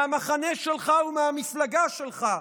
מהמחנה שלך ומהמפלגה שלך,